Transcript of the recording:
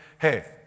hey